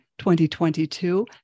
2022